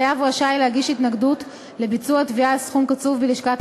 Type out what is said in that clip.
חייב רשאי להגיש התנגדות לביצוע תביעה על סכום קצוב בלשכת